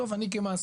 עכשיו אני כמעסיק,